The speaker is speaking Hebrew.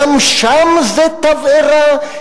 גם שם זה תבערה?